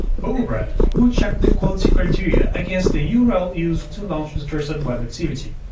bubblewrap will check the quality criteria against the you know url used to launch this trusted web activity.